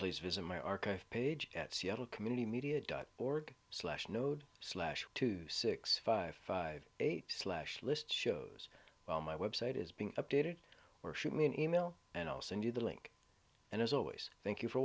please visit my archive page at seattle community media dot org slash node slash two six five five eight slash list shows well my website is being updated or shoot me an email and i'll send you the link and as always thank you for